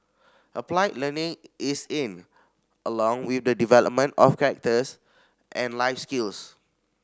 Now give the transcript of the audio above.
applied learning is in along with the development of characters and life skills